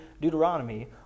Deuteronomy